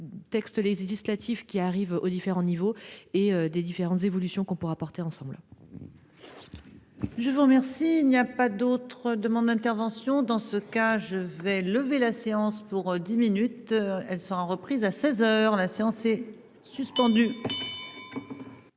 Texte législatif qui arrive aux différents niveaux et des différentes évolutions qu'on pourra porter ensemble. Je vous remercie. Il n'y a pas d'autre demande d'intervention dans ce cas je vais lever la séance pour 10 minutes. Elle sera reprise à 16h, la séance et. Suspendu.